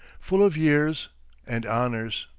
full of years and honors.